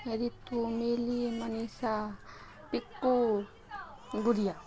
ऋतु मिली मनीषा पिक्कू गुड़िया